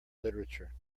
literature